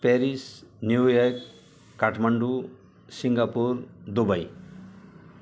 Paris New York Kathmandu Singapore Dubai